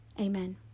Amen